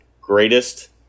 greatest